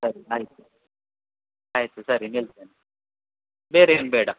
ಸರಿ ಆಯಿತು ಆಯಿತು ಸರಿ ನಿಲ್ತೇನೆ ಬೇರೆ ಏನು ಬೇಡ